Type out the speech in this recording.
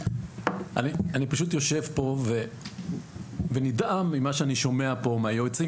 אני פשוט יושב פה ונדהם ממה שאני שומע מהיועצים